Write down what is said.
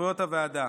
סמכויות הוועדה: